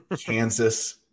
Kansas